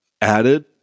added